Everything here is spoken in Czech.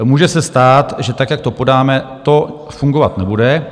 Může se stát, že tak, jak to podáme, to fungovat nebude.